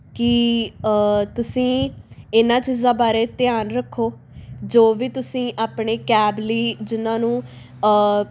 ਕਿ ਤੁਸੀਂ ਇਹਨਾਂ ਚੀਜ਼ਾਂ ਬਾਰੇ ਧਿਆਨ ਰੱਖੋ ਜੋ ਵੀ ਤੁਸੀਂ ਆਪਣੇ ਕੈਬ ਲਈ ਜਿਨ੍ਹਾਂ ਨੂੰ